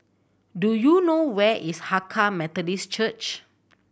do you know where is Hakka Methodist Church